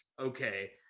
okay